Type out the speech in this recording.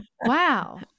Wow